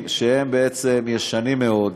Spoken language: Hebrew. מבנים שהם בעצם ישנים מאוד,